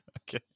Okay